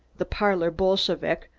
the parlor bolshevic,